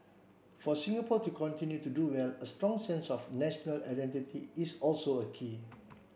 for Singapore to continue to do well a strong sense of national identity is also a key